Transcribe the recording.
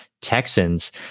Texans